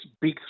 big